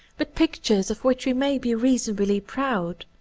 but pictures of which we may be reason ably proud?